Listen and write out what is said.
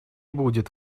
будет